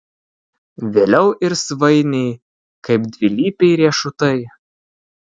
vėliau ir svainiai kaip dvilypiai riešutai